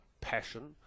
passion